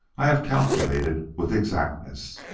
i have calculated with exactness.